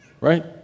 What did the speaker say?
right